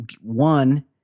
one